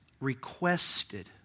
requested